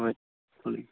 ꯍꯣꯏ ꯍꯣꯏ